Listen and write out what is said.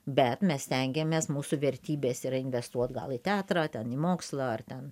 bet mes stengiamės mūsų vertybės yra investuot gal į teatrą ten į mokslą ar ten